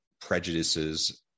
prejudices